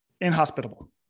inhospitable